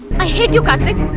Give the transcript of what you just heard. i hate you karthik.